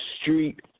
street